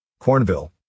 Cornville